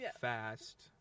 fast